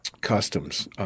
Customs